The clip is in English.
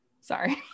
Sorry